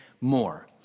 more